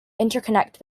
interconnect